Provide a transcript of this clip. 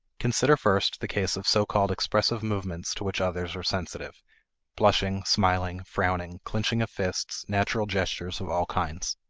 consider first the case of so-called expressive movements to which others are sensitive blushing, smiling, frowning, clinching of fists, natural gestures of all kinds.